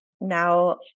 now